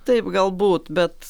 taip galbūt bet